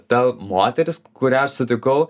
ta moteris kurią aš sutikau